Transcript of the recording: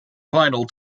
final